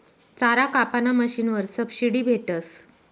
चारा कापाना मशीनवर सबशीडी भेटस